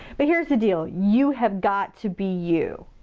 but here's the deal. you have got to be you.